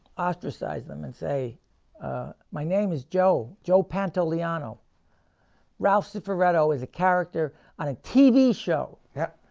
ostracize them and say my name is joe joe, pantoliano ralph cifaretto is a character on a tv show yeah,